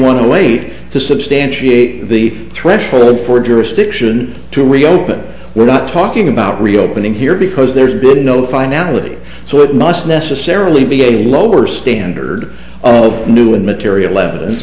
weight to substantiate the threshold for jurisdiction to reopen we're not talking about reopening here because there's been no finality so it must necessarily be a lower standard of new and material evidence